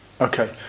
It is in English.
Okay